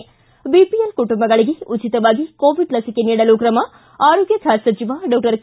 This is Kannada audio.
ಿ ಬಿಪಿಎಲ್ ಕುಟುಂಬಗಳಿಗೆ ಉಚಿತವಾಗಿ ಕೋವಿಡ್ ಲಸಿಕೆ ನೀಡಲು ಕ್ರಮ ಆರೋಗ್ಯ ಖಾತೆ ಸಚಿವ ಡಾಕ್ಟರ್ ಕೆ